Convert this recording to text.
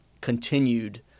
continued